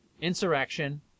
Insurrection